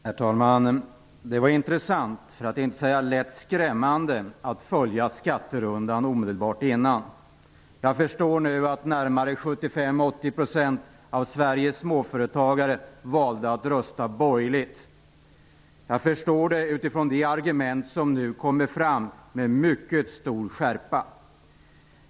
Herr talman! Det var intressant, för att inte säga lätt skrämmande, att följa skatterundan alldeles nyss. Jag förstår nu att närmare 75-80 % av Sveriges småföretagare valde att rösta borgerligt. Jag förstår det utifrån de argument som nu kommer fram med mycket stor skärpa.